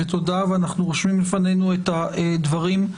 תודה ואנחנו רושמים בפנינו את הדברים,